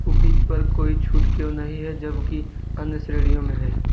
cookies पर कोई छूट क्यों नहीं है जबकि अन्य श्रेणियों में है